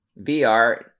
VR